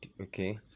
Okay